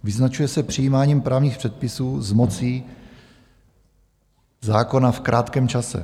Vyznačuje se přijímáním právních předpisů s mocí zákona v krátkém čase.